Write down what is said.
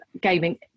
gaming